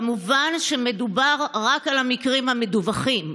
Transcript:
כמובן שמדובר רק על המקרים המדווחים.